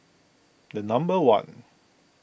number one